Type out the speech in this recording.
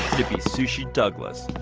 dippy sushi douglas